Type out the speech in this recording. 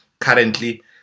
currently